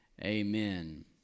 amen